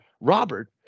Robert